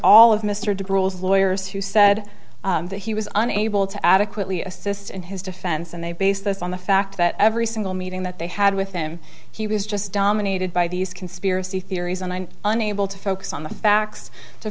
all of mr du bruel lawyers who said that he was unable to adequately assist in his defense and they base this on the fact that every single meeting that they had with him he was just dominated by these conspiracy theories and i'm unable to focus on the facts to